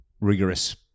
rigorous